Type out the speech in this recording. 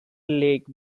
lake